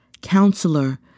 counselor